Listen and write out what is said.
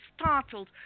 startled